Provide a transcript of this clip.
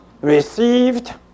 received